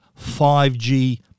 5G